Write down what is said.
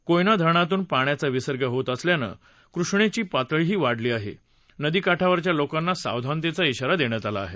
कोयना धरणातून पाण्याचा विसर्ग होत असल्यानं कृष्णेची पातळीही वाढली असून नदी काठावरच्या लोकांना सावधानतेचा शिारा दिला आहे